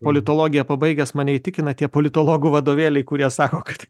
politologiją pabaigęs mane įtikina tie politologų vadovėliai kurie sako kad